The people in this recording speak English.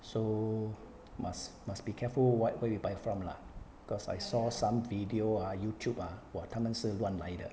so must must be careful what where you buy from lah cause I saw some video youtube ah !wah! 他们是乱来的